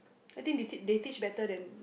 I think they teach they teach better than